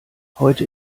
heute